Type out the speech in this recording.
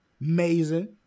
Amazing